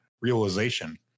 realization